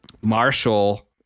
Marshall